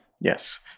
Yes